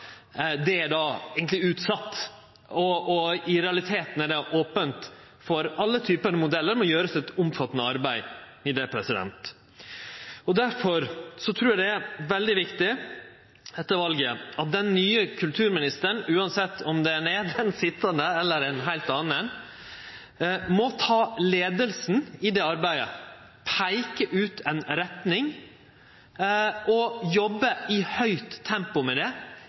utsett. I realiteten er det då ope for alle typar modellar, og det må gjerast eit omfattande arbeid med det. Difor trur eg det er veldig viktig at den nye kulturministeren etter valet – uansett om det er den sitjande eller ein heilt annen – tek leiinga i det arbeidet, peikar ut ei retning og jobbar i høgt tempo med det,